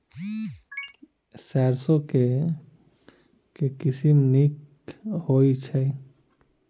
सैरसो केँ के किसिम नीक होइ छै?